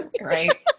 Right